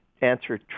answer